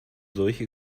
solche